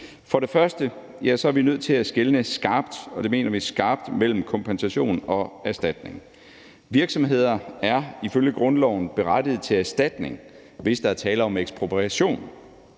For det første er vi nødt til at skelne skarpt, og vi mener skarpt, mellem kompensation og erstatning. Virksomheder er ifølge grundloven berettiget til erstatning, hvis der er tale om ekspropriation.